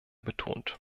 betont